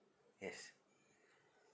yes